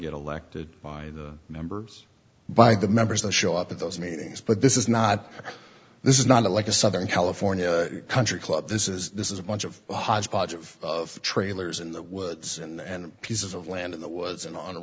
get elected by the members by the members to show up at those meetings but this is not this is not like a southern california country club this is this is a bunch of hodgepodge of trailers in the woods and pieces of land in the woods and on